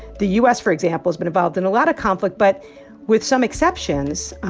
the u s, for example, has been involved in a lot of conflict but with some exceptions.